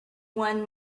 won